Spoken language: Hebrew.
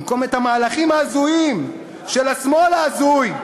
במקום את המהלכים ההזויים של השמאל ההזוי,